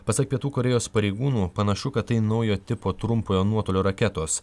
pasak pietų korėjos pareigūnų panašu kad tai naujo tipo trumpojo nuotolio raketos